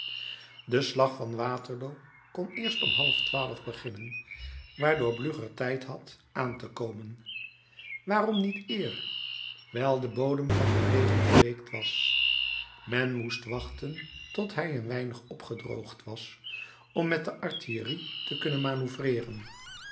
de slag van waterloo kon eerst om half twaalf beginnen waardoor blücher tijd had aan te komen waarom niet eer wijl de bodem van den regen doorweekt was men moest wachten tot hij een weinig opgedroogd was om met de artillerie te kunnen manoeuvreeren